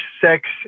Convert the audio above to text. sex